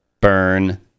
burn